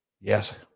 Yes